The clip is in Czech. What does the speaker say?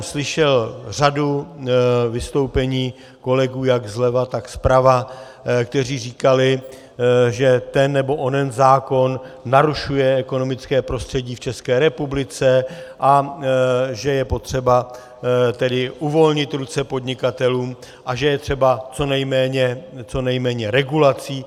Slyšel jsem řadu vystoupení kolegů jak zleva, tak zprava, kteří říkali, že ten nebo onen zákon narušuje ekonomické prostředí v České republice, a že je tedy potřeba uvolnit ruce podnikatelům a že je třeba co nejméně regulací.